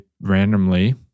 randomly